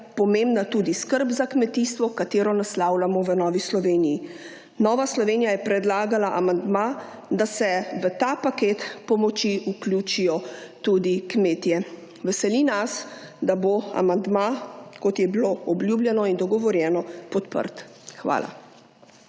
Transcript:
pomembna tudi skrb za kmetijstvo, katero naslavljamo v Novi Sloveniji. Nova Slovenija je predlagala amandma, da se v ta paket pomoči vključijo tudi kmetije. Veseli nas, da bo amandma kot je bilo obljubljeno in dogovorjeno podprt. Hvala.